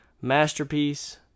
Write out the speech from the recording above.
Masterpiece